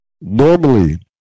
Normally